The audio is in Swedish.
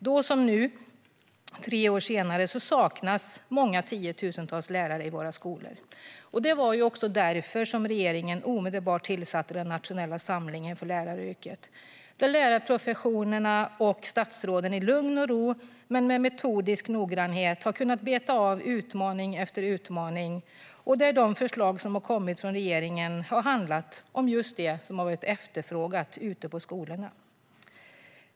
Då som nu, tre år senare, saknades många tiotusentals lärare i våra skolor. Det var därför regeringen omedelbart tillsatte den nationella samlingen för läraryrket, där lärarprofessionerna och statsråden i lugn och ro med metodisk noggrannhet har kunnat beta av utmaning efter utmaning och där de förslag som kommit från regeringen har handlat om just det som har varit efterfrågat ute på skolorna.